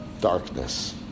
darkness